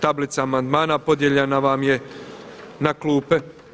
Tablica amandmana podijeljena vam je na klupe.